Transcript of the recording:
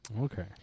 Okay